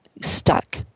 stuck